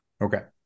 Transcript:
Okay